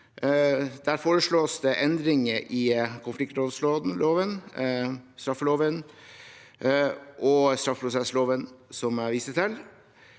foreslås det endringer i konfliktrådsloven, straffeloven og straffeprosessloven, som jeg viste til.